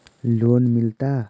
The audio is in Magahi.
लोन मिलता?